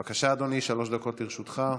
בבקשה, אדוני, שלוש דקות לרשותך.